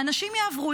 האנשים יעברו,